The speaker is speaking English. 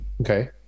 Okay